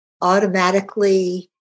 automatically